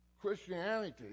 Christianity